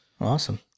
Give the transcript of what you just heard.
awesome